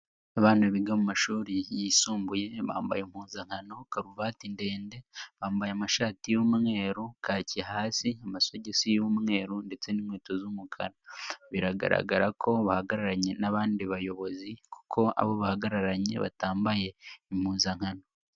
Abana biga mu mashuri yisumbuye, bambaye impuzankano, karuvati ndende, bambaye amashati y'umweru kaki hasi, amasogisi y'umweru ndetse n'inkweto z'umukara, biragaragara ko bahagararanye n'abandi bayobozi kuko abo bahagararanye batambaye impuzankano.